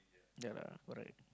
ya correct